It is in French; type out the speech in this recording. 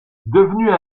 devenues